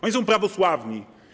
Oni są prawosławni.